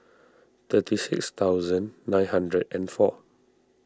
thirty six thousand nine hundred and four